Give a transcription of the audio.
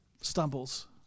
stumbles